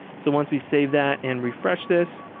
so once we save that and refresh this